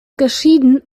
geschieden